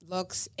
Looks